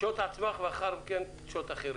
קשוט עצמך ולאחר מכן קשוט אחרים.